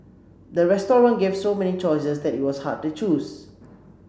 the restaurant gave so many choices that it was hard to choose